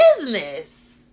business